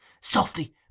softly